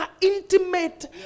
intimate